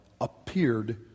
appeared